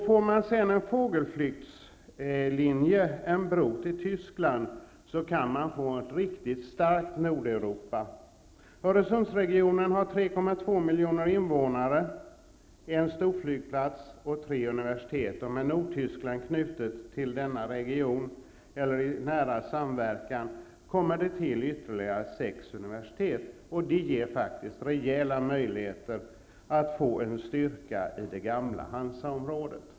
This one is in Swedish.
Får man sedan en fågelflyktslinje, en bro till Tyskland, kan man få ett riktigt starkt Nordeuropa. Öresundsregionen har 3,2 miljoner invånare, en storflygplats och tre universitet. Med Nordtyskland knutet till denna region, eller i nära samverkan, kommer det till ytterligare sex universitet. Det ger faktiskt rejäla möjligheter att få en styrka i det gamla Hansaområdet.